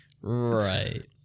Right